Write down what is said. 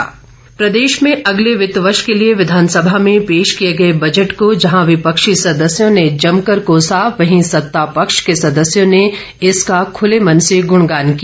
budget चर्चा प्रदेश के अगले वित्त वर्ष के लिए विधानसभा में पेश किए गए बजट को जहां विपक्षी सदस्यों ने जमकर कोसा वहीं सत्तापक्ष के सदस्यों ने इसका खुले मन से ग्रणगान किया